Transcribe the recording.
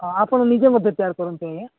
ହଁ ଆପଣ ନିଜେ ମଧ୍ୟ ପ୍ରିପେଆର୍ କରନ୍ତି ଆଜ୍ଞା